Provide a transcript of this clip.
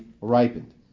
ripened